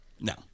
No